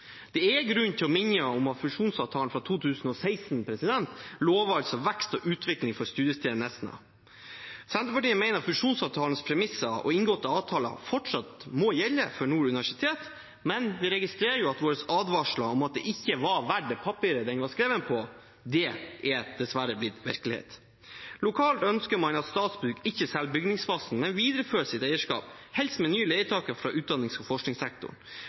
Det er grunn til å minne om at fusjonsavtalen fra 2016 lovet vekst og utvikling for studiested Nesna. Senterpartiet mener at fusjonsavtalens premisser og inngåtte avtaler fortsatt må gjelde for Nord universitet, men vi registrerer at våre advarsler om at den ikke var verdt det papiret den var skrevet på, dessverre er blitt virkelighet. Lokalt ønsker man at Statsbygg ikke selger bygningsmassen, men viderefører sitt eierskap, helst med nye leietakere fra utdannings- og forskningssektoren.